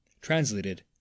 Translated